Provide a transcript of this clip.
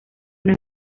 una